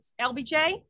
LBJ